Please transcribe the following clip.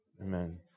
Amen